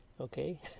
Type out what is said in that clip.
okay